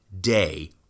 day